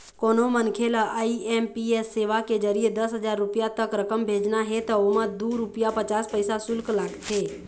कोनो मनखे ल आई.एम.पी.एस सेवा के जरिए दस हजार रूपिया तक रकम भेजना हे त ओमा दू रूपिया पचास पइसा सुल्क लागथे